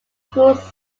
schools